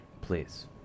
Please